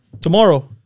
Tomorrow